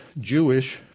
jewish